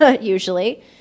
usually